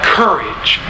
courage